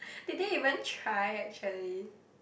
they did even tried actually